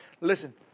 Listen